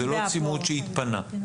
זה לא צימוד שהתפנה.